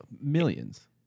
Millions